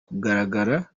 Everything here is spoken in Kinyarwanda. kugaragara